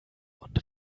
und